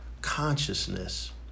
consciousness